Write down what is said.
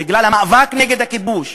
בגלל המאבק נגד הכיבוש,